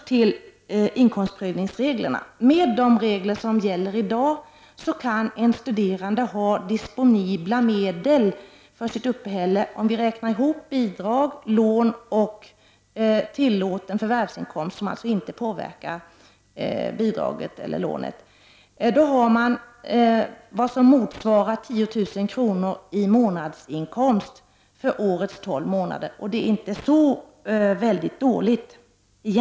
Med de regler som gäller i dag kan en studerande — om vi räknar ihop bidrag, lån och tillåten förvärvsinkomst, som alltså inte påverkar bidraget eller lånet — för sitt uppehälle ha disponibla medel motsvarande 10 000 kr. i månadsinkomst för årets 12 månader. Och det är egentligen inte så väldigt dåligt.